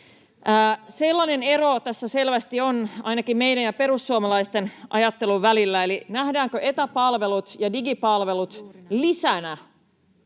Sellainen ero tässä selvästi on ainakin meidän ja perussuomalaisten ajattelun välillä, että nähdäänkö etäpalvelut ja digipalvelut lisänä